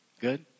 Good